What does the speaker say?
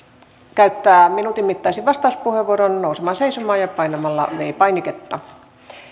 käyttää minuutin mittaisen vastauspuheenvuoron nousemaan seisomaan ja painamaan viides painiketta